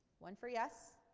one for yes.